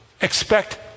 expect